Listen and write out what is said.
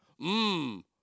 Mmm